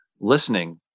listening